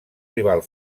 rival